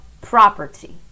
property